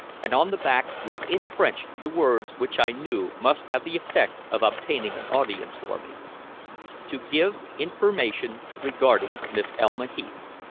and on the back wrote in french the words which i knew must have the effect of obtaining an audience for me to give information regarding miss elma heath.